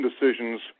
decisions